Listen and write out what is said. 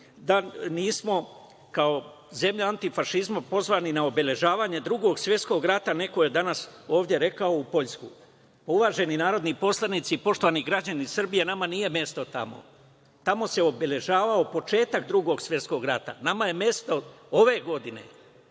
da nismo kao zemlja antifašizma, pozvani na obeležavanje Drugog svetskog rata u Poljsku. Uvaženi narodni poslanici, poštovani građani Srbije, nama nije mesto tamo, tamo se obeležavao početak Drugog svetskog rata. Nama je mesto ove godine